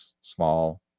small